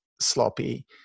sloppy